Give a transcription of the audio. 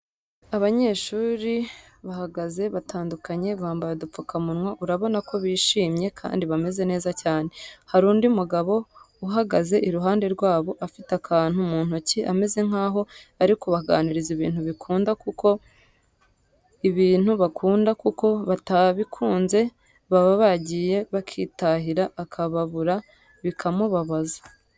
Abanyeshuri bahagaze batandukanye, bambaye udupfukamunwa urabona ko bishimye kandi bameze neza cyane, hari undi mugabo ubahagaze iruhande nawe afite akantu mu ntoki ameze nkaho ari kubaganiriza ibintu bakunda kuko batabikunze baba bagiye bakitahira akababura bikamubabaza.